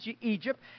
Egypt